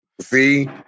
See